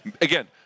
again